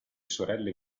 sorelle